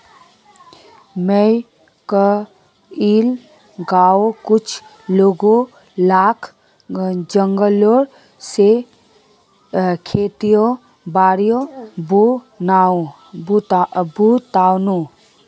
मुई कइल गांउर कुछ लोग लाक जंगलेर खेतीर बारे बतानु